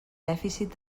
dèficit